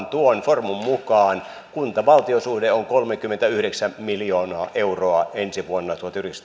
tuon formun mukaan kunta valtio suhde on kolmekymmentäyhdeksän miljoonaa euroa elvyttävä ensi vuonna